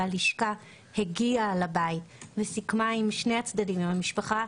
והלשכה הגיעה לבית וסיכמה עם שני הצדדים עם המשפחה,